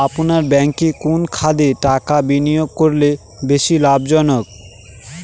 আপনার ব্যাংকে কোন খাতে টাকা বিনিয়োগ করলে বেশি লাভজনক?